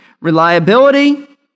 reliability